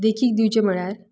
देखीक दिवचें म्हणल्यार